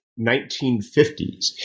1950s